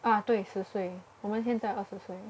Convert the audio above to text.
ah 对十岁我们现在二十岁